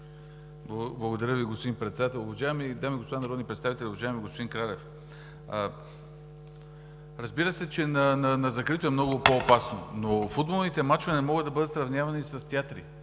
Благодаря Ви, господин Председател. Уважаеми дами и господа народни представители, уважаеми господин Кралев! Разбира се, че на закрито е много по-опасно, но футболните мачове не могат да бъдат сравнявани с театри.